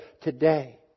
today